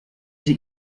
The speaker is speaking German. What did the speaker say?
sie